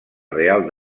real